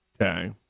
Okay